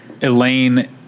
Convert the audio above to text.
Elaine